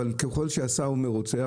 אבל ככל שהשר הוא מרוצה,